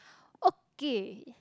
okay